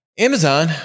Amazon